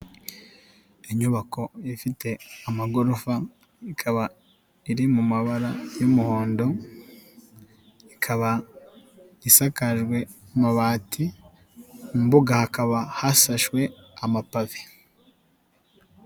Inyubako ifite amagorofa ikaba iri mu mabara y'umuhondo, ikaba isakajwe amabati, mu mbuga hakaba hasashwe amapave.